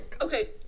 okay